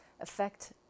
affect